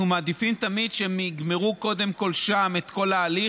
אנחנו מעדיפים תמיד שהם יגמרו קודם כול שם את כל ההליך,